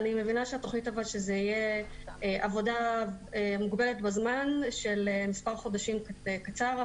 אני מבינה שזו תהיה עבודה מוגבלת בזמן של מספר חודשים קצר.